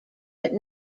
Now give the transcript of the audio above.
but